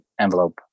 envelope